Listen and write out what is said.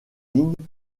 ligne